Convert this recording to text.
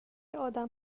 آدم